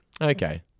okay